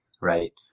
right